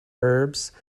verbs